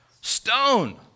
Stone